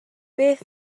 beth